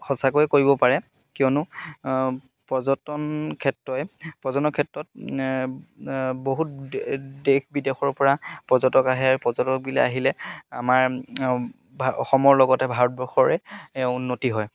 সঁচাকৈ কৰিব পাৰে কিয়নো পৰ্যটন ক্ষেত্ৰই পৰ্যটনৰ ক্ষেত্ৰত বহুত দেশ বিদেশৰ পৰা পৰ্যটক আহে পৰ্যটকবিলাক আহিলে আমাৰ অসমৰ লগতে ভাৰতবৰ্ষৰে উন্নতি হয়